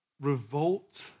revolt